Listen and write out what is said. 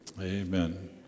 Amen